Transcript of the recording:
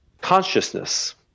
Consciousness